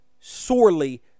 sorely